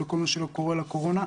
למה שקורה בקורונה.